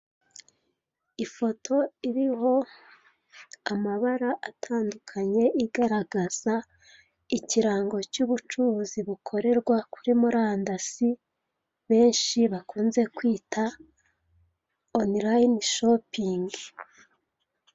Ifoto iriho amabara atandukanye igaragaza ikirango cy'ubucuruzi bukorerwa kuri murandasi benshi bakunze kwita onuliyine shopingi.